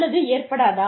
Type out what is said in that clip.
அல்லது ஏற்படாதா